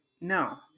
no